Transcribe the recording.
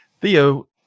Theo